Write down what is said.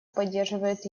поддерживает